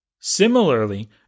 Similarly